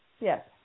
Yes